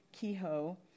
Kehoe